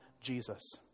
Jesus